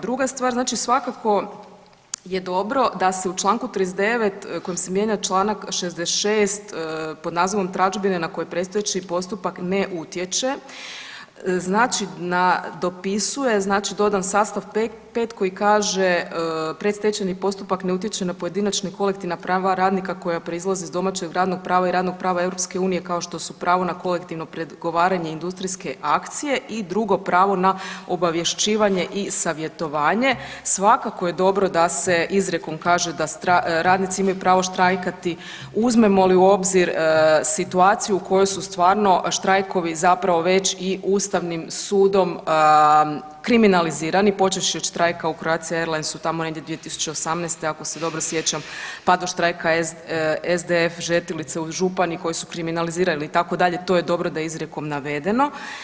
Druga stvar znači svakako je dobro da se u Članku 39. kojim se mijenja Članak 66. pod nazivom tražbine na koje predstojeći postupak ne utječe, znači nadopisuje, znači dodan stav 5. koji kaže predstečajni postupak ne utječe na pojedinačna i kolektivna prava radnika koja proizlaze iz domaćeg radnog prava i radnog prava EU kao što su pravo na kolektivno pregovaranje industrijske akcije i drugo pravo na obavješćivanje i savjetovanje svakako je dobro da se izrijekom kaže da radnici imaju pravo štrajkati uzmemo li u obzir situaciju u kojoj su stvarno štrajkovi zapravo već i Ustavnim sudom kriminalizirani počevši od štrajka u Croatia airlinesu tamo negdje 2018. ako se dobro sjećam pa do štrajka SDF Žetilice u Županji koji su kriminalizirali itd., to je dobro da je izrijekom navedeno.